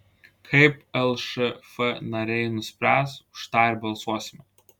kaip lšf nariai nuspręs už tą ir balsuosime